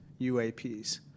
UAPs